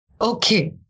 Okay